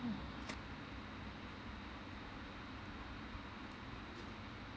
mm